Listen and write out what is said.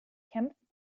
kämpften